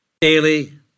Daily